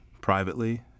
privately